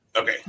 Okay